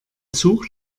zug